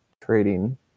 trading